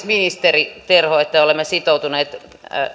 ministeri terho että olemme sitoutuneet